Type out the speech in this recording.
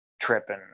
Tripping